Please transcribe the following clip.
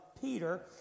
Peter